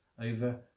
over